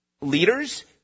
leaders